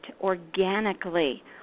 organically